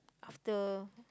after